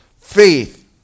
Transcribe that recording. faith